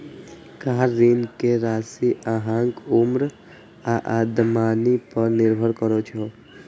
car ऋण के राशि अहांक उम्र आ आमदनी पर निर्भर करै छै